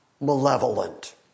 malevolent